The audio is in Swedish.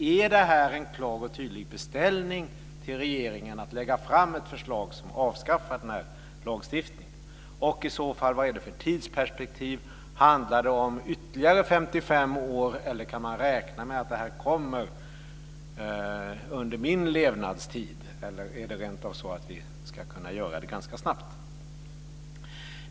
Är det en klar och tydlig beställning till regeringen att lägga fram ett förslag som avskaffar den här lagstiftningen? Vad är det i så fall för tidsperspektiv? Handlar det om ytterligare 45 år, eller kan man räkna med att det här kommer under min levnadstid? Eller är det rentav så att vi ska kunna göra det ganska snabbt?